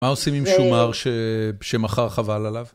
מה עושים עם שומר שמחר חבל עליו?